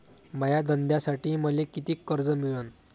माया धंद्यासाठी मले कितीक कर्ज मिळनं?